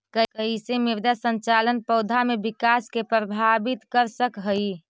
कईसे मृदा संरचना पौधा में विकास के प्रभावित कर सक हई?